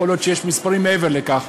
יכול להיות שיש מספרים מעבר לכך.